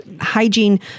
Hygiene